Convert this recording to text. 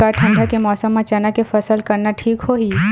का ठंडा के मौसम म चना के फसल करना ठीक होही?